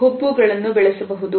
ಸುದ್ದಿಗಳನ್ನು ಬೆಳೆಸಬಹುದು